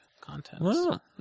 content